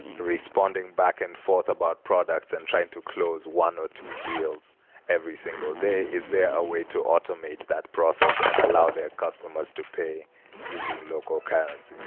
responding back and forth about products and trying to close one or two deals every single day. is there a way to automate that process and allow their customers to pay using local currency?